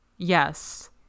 Yes